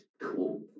cool